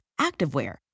activewear